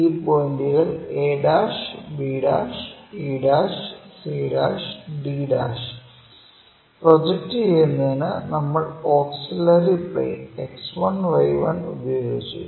ഈ പോയിന്റുകൾ a b ec d project ചെയ്യുന്നതിന് നമ്മൾ ഓക്സിലറി പ്ലെയിൻ X1Y1 ഉപയോഗിച്ചു